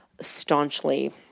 staunchly